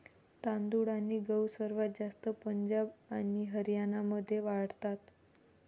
तांदूळ आणि गहू सर्वात जास्त पंजाब आणि हरियाणामध्ये वाढतात